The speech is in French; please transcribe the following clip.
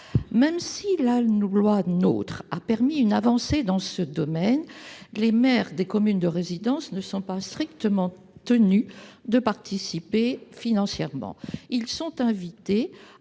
Même si la loi NOTRe a permis une avancée dans ce domaine, les maires des communes de résidence ne sont pas strictement tenus de participer financièrement. Ils sont invités à